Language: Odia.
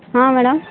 ହଁ ମ୍ୟାଡମ୍